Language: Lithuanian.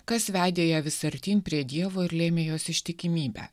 kas vedė ją vis artyn prie dievo ir lėmė jos ištikimybę